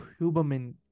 Huberman